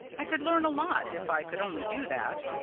i could learn a lot if i could only do that.